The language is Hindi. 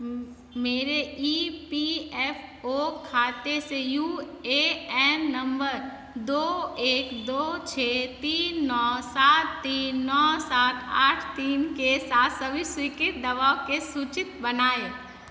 मेरे ई पी एफ ओ खाते से यू ए एन नंबर दो एक दो छः तीन नौ सात तीन नौ सात आठ तीन के साथ सभी स्वीकृत दवा की सूची बनाएँ